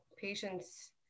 patients